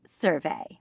survey